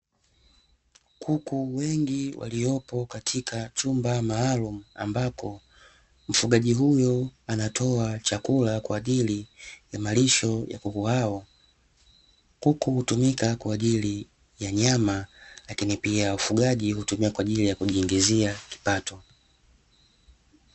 Kuku wengi waliopo katika chumba maalumu ambako mfugaji huyo anatoa chakula kwa ajili ya malisho ya kuku hao, uku hutumika kwa ajili ya nyama lakini pia wafugaji hutumia kwa ajili ya kujiingizia kipato.